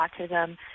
autism